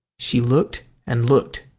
she looked and looked.